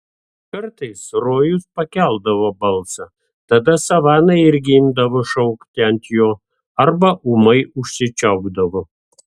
kartais rojus pakeldavo balsą tada savana irgi imdavo šaukti ant jo arba ūmai užsičiaupdavo